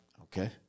Okay